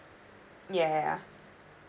yeah yeah yeah